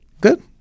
good